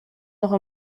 noch